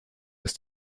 des